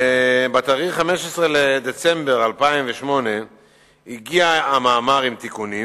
בתאריך 15 בדצמבר 2008 הגיע המאמר עם תיקונים